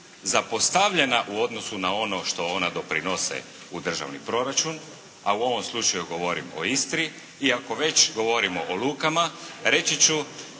zapostavljena u odnosu na ono što ona doprinose u državni proračun, a u ovom slučaju govorim o Istri, iako već govorimo o lukama reći ću